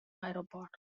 aeroport